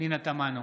פנינה תמנו,